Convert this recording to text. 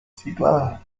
situadas